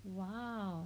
!wow!